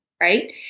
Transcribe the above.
Right